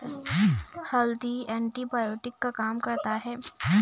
हल्दी एंटीबायोटिक का काम करता है